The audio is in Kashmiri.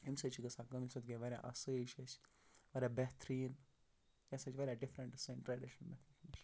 امہِ سۭتۍ چھِ گژھان کٲم اَمہِ سۭتۍ گٔیے واریاہ آسٲیِش اَسہِ واریاہ بہتریٖن یہِ ہَسا چھِ واریاہ ڈِفرَنٛٹ سانہِ ٹرٛیڈِشنَل میتھٲڈ نِش